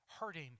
hurting